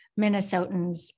Minnesotans